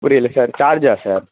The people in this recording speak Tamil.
புரியலை சார் சார்ஜ் ஆ சார்